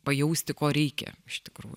pajausti ko reikia iš tikrųjų